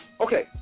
Okay